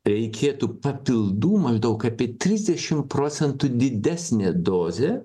reikėtų papildų maždaug apie trisdešim procentų didesnė dozė